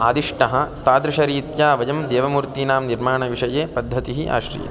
आदिष्टः तादृशरीत्या वयं देवमूर्तीनां निर्माणविषये पद्धतिः आश्रीयन्ते